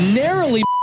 narrowly